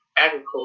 Agriculture